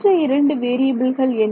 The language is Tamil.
மற்ற இரண்டு வேறியபில்கள் என்ன